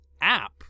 app